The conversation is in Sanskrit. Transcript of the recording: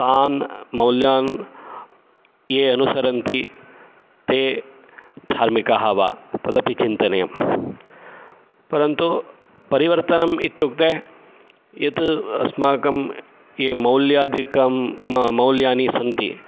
तान् मौल्यान् ये अनुसरन्ति ते धार्मिकाः वा तदपि चिन्तनीयं परन्तु परिवर्तनम् इत्युक्ते यत् अस्माकं ये मौल्यादिकं मौल्यानि सन्ति